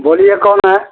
बोलिये कौन है